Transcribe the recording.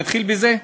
אני אתחיל בזה: